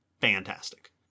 fantastic